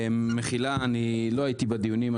מחילה, אני לא הייתי בדיונים.